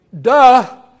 duh